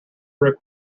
brick